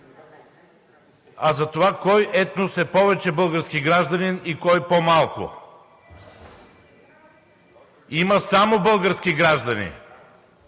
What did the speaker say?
а за това кой етнос е повече български гражданин и кой по-малко. Има само български граждани.